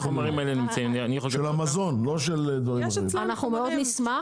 אנחנו נשמח,